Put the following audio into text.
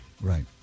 Right